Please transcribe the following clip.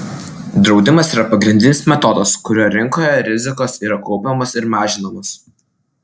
draudimas yra pagrindinis metodas kuriuo rinkoje rizikos yra kaupiamos ir mažinamos